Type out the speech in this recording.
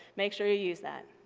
make sure you use that.